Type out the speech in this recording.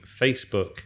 facebook